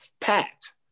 packed